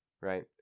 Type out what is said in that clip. right